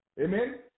Amen